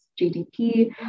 GDP